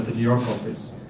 ah york office.